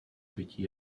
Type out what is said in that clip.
pěti